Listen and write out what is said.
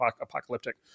apocalyptic